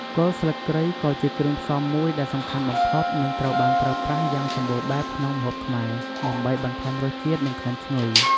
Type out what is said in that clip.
គល់ស្លឹកគ្រៃក៏ជាគ្រឿងផ្សំមួយដែលសំខាន់បំផុតនិងត្រូវបានប្រើប្រាស់យ៉ាងសម្បូរបែបក្នុងម្ហូបខ្មែរ ដើម្បីបន្ថែមរសជាតិ និងក្លិនឈ្ងុយ។